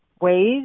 ways